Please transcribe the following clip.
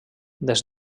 des